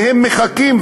והם מחכים,